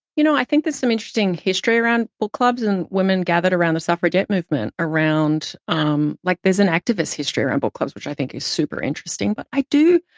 you know, i think there's some interesting history around book clubs, and women gathered around the suffragette movement, around, um like, there's an activist history around book clubs which i think is super interesting. but i do,